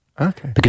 Okay